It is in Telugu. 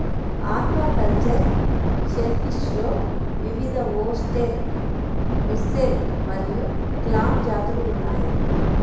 ఆక్వాకల్చర్డ్ షెల్ఫిష్లో వివిధఓస్టెర్, ముస్సెల్ మరియు క్లామ్ జాతులు ఉన్నాయి